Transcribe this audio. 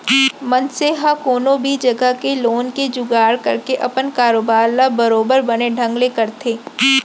मनसे ह कोनो भी जघा ले लोन के जुगाड़ करके अपन कारोबार ल बरोबर बने ढंग ले करथे